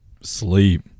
Sleep